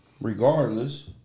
regardless